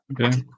Okay